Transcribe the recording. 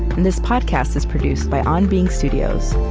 and this podcast is produced by on being studios,